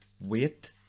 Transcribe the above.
wait